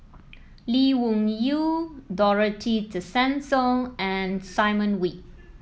Lee Wung Yew Dorothy Tessensohn and Simon Wee